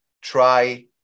try